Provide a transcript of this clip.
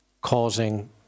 causing